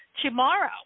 tomorrow